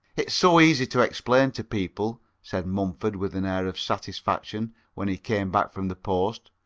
it's so easy to explain to people said mumford, with an air of satisfaction, when he came back from the post,